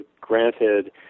granted